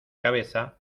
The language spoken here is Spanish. cabeza